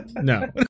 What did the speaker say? no